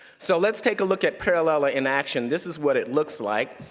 so let's take a look at parallella in action. this is what it looks like.